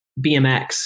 BMX